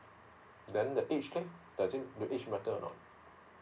then the age then does it the age matter or not